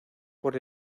por